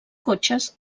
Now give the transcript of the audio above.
cotxes